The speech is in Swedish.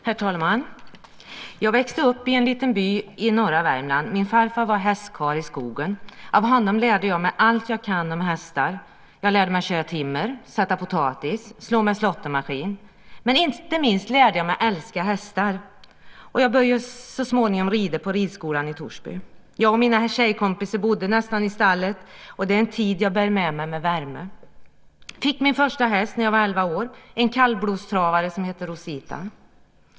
Herr talman! Jag växte upp i en liten by i norra Värmland. Min farfar var hästkarl i skogen. Av honom lärde jag mig allt jag kan om hästar. Jag lärde mig att köra timmer, sätta potatis och slå med slåttermaskin. Inte minst lärde jag mig att älska hästar. Jag började så småningom rida på ridskolan i Torsby. Jag och mina tjejkompisar bodde nästan i stallet. Det är en tid jag bär med mig med värme. Jag fick min första häst när jag var elva år. Det var en kallblodstravare som hette Rosita.